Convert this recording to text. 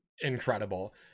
incredible